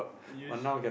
use